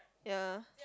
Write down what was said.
ya